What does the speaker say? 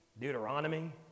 Deuteronomy